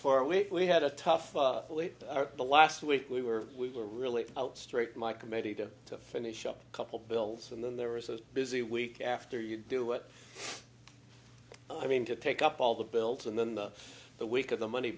for a week we had a tough the last week we were we were really out straight my committee to to finish up a couple bills and then there was a busy week after you do what i mean to take up all the built and then the the week of the money